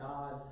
God